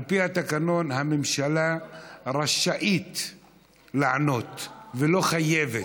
על פי התקנון, הממשלה רשאית לענות ולא חייבת.